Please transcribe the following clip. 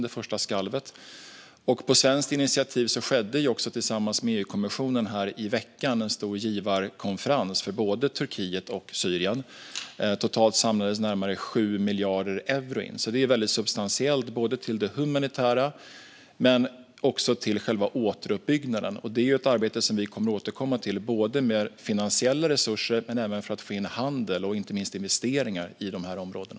På svenskt initiativ anordnade EU-kommissionen nu i veckan en stor givarkonferens för både Turkiet och Syrien. Totalt samlades närmare 7 miljarder euro in till det humanitära arbetet och även till själva återuppbyggnaden. Det är väldigt substantiellt. Vi kommer att återkomma till detta med finansiella resurser och även arbeta med att få i gång handel och inte minst investeringar i de här områdena.